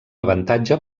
avantatge